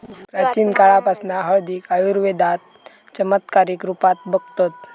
प्राचीन काळापासना हळदीक आयुर्वेदात चमत्कारीक रुपात बघतत